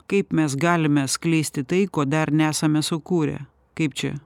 kaip mes galime skleisti tai ko dar nesame sukūrę kaip čia